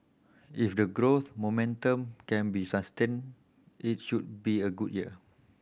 if the growth momentum can be sustained it should be a good year